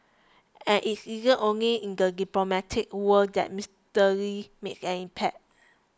and it isn't only in the diplomatic world that Mister Lee made an impact